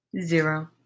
zero